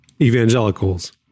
evangelicals